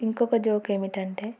ఇంకొక జోక్ ఏమిటి అంటే